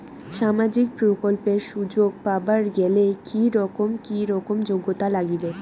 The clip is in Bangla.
সামাজিক প্রকল্পের সুযোগ পাবার গেলে কি রকম কি রকম যোগ্যতা লাগিবে?